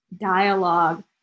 dialogue